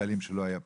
שלא היו פעם.